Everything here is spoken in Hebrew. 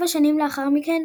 4 שנים לאחר מכן